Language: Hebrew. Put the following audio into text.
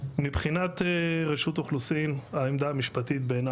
מבחינת רשות אוכלוסין העמדה המשפטית בעיניה